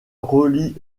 relie